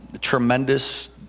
Tremendous